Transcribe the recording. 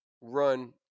run